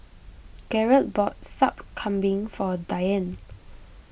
Garret bought Sup Kambing for Diann